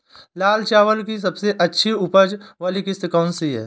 लाल चावल की सबसे अच्छी उपज वाली किश्त कौन सी है?